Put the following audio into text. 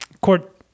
court